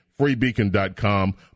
freebeacon.com